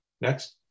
Next